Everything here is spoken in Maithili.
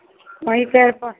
वही चारि पर